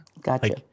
Gotcha